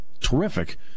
terrific